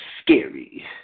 scary